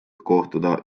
kohtuda